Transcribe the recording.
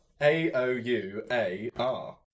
A-O-U-A-R